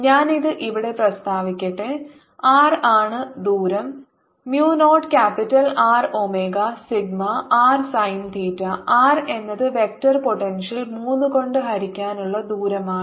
ഞാനിത് ഇവിടെ പ്രസ്താവിക്കട്ടെ R ആണ് ദൂരം mu not capital R omega sigma r sine theta r എന്നത് വെക്റ്റർ പോട്ടെൻഷ്യൽ 3 കൊണ്ട് ഹരിക്കാനുള്ള ദൂരമാണ്